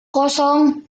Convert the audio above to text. kosong